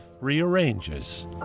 rearranges